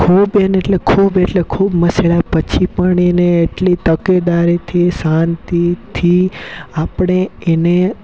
ખૂબ એને એટલે ખૂબ એટલે ખૂબ મસળ્યા પછી પણ એને એટલી તકેદારીથી શાંતિથી આપણે એને